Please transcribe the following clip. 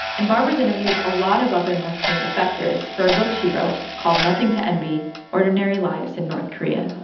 and barbara's interviewed a lot of other north korean defectors for a book she wrote called nothing to envy ordinary lives in north korea.